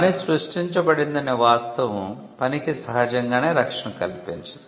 పని సృష్టించబడిందనే వాస్తవం పనికి సహజంగానే రక్షణ కల్పించింది